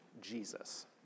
Jesus